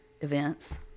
events